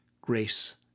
Grace